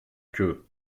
que